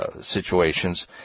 situations